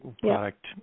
product